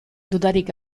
dudarik